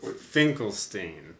Finkelstein